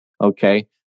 Okay